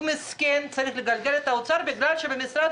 הוא מסכן צריך לגלגל את האוצר בגלל שמשרד